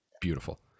Beautiful